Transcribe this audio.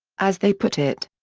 as they put it,